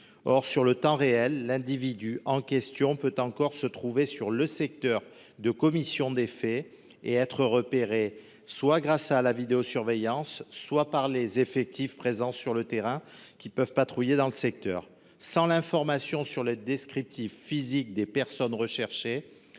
En temps réel, l’individu en question peut encore se trouver sur le secteur de commission des faits et être repéré soit grâce à la vidéosurveillance, soit par les effectifs présents sur le terrain, qui peuvent patrouiller dans le secteur. Sans information sur les descriptifs physiques des personnes recherchées,